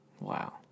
Wow